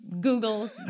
Google